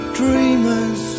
dreamers